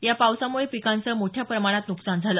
या पावसामुळे पिकांचं मोठ्या प्रमाणात नुकसान झाल